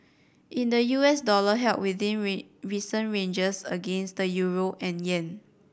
in the U S dollar held within recent ranges against the euro and yen